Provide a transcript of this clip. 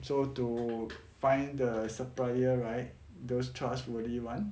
so to find the supplier right those charged worthy [one]